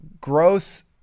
Gross